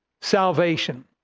salvation